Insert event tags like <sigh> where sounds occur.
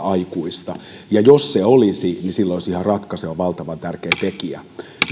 <unintelligible> aikuista jos olisi niin se olisi ihan ratkaiseva ja valtavan tärkeä tekijä